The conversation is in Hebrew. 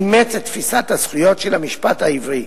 אימץ את תפיסת הזכויות של המשפט העברי.